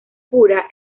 pura